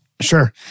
Sure